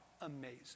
amazing